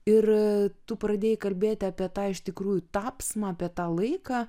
ir tu pradėjai kalbėti apie tą iš tikrųjų tapsmą apie tą laiką